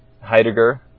Heidegger